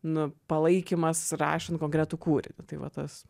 nu palaikymas rašant konkretų kūrinį tai va tas